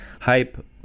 hype